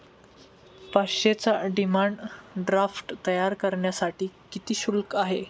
पाचशेचा demand draft तयार करण्यासाठी किती शुल्क आहे?